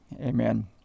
Amen